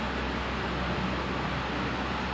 she can makan kambing for like